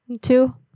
Two